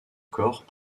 corps